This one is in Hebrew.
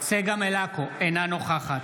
במקום להצביע על חוקים כאלה, איפה החטופים?